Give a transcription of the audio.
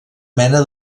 mena